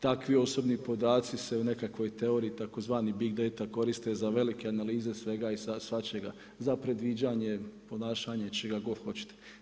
Takvi osobni podaci se u nekakvoj teoriji, tzv. big … koriste za velike analize svega i svačega, za predviđanje, ponašanje, čega god hoćete.